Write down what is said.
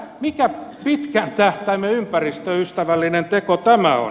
mikä pitkän tähtäimen ympäristöystävällinen teko tämä on